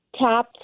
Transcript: tap